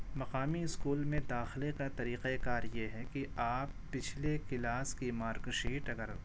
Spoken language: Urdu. مقامی اسکول میں داخلے کا طریقہ کار یہ ہے کہ آپ پچھلے کلاس کے مارکشیٹ اگر